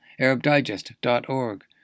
ArabDigest.org